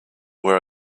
were